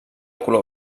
color